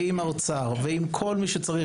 עם האוצר ועם כל מי שצריך,